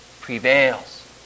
prevails